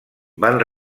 van